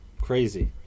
Crazy